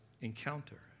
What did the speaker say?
encounter